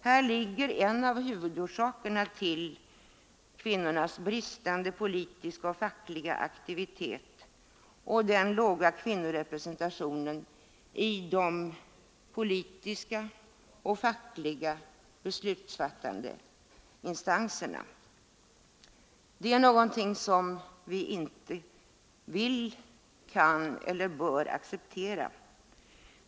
Här ligger en av huvudorsakerna till kvinnornas bristande politiska och fackliga aktivitet och den låga kvinnorepresentationen i de politiska och fackliga beslutsfattande instanserna. Det är någonting som vi inte vill, kan eller bör acceptera.